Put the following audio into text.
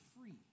free